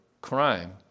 crime